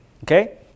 okay